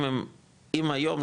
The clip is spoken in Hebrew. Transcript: אם היום,